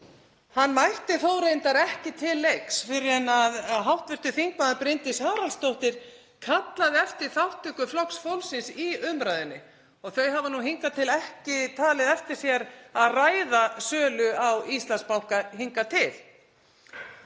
Hann mætti þó reyndar ekki til leiks fyrr en hv. þm. Bryndís Haraldsdóttir kallaði eftir þátttöku Flokks fólksins í umræðunni og þau hafa hingað til ekki talið eftir sér að ræða sölu á Íslandsbanka. En af